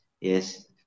yes